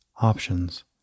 options